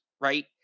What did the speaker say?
right